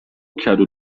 کدو